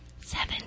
Seven